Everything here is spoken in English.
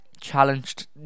challenged